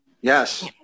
yes